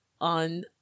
on